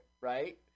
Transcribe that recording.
right